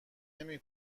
نمی